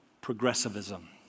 progressivism